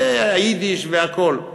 ואלה, היידיש והכול.